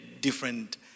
different